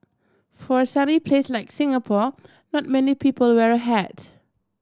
for a sunny place like Singapore not many people wear a hat